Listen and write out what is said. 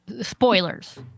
spoilers